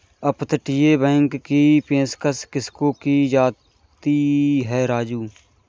अपतटीय बैंक की पेशकश किसको की जाती है राजू?